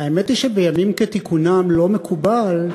האמת היא שבימים כתיקונם לא מקובל,